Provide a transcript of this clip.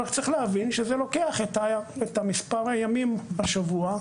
רק צריך להבין שזה לוקח את מספר הימים בשבוע.